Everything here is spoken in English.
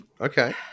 okay